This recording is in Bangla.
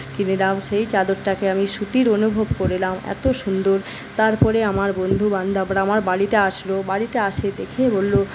সেই চাদরটাকে আমি সুতির অনুভব করিলাম এত সুন্দর তারপরে আমার বন্ধুবান্ধবরা আমার বাড়িতে আসল বাড়িতে আসে দেখে বলল